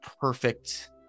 perfect